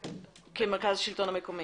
מרכז השלטון המקומי.